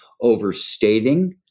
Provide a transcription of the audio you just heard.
overstating